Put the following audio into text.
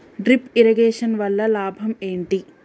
Drip irrigation వల్ల లాభం ఏంటి?